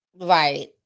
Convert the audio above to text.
Right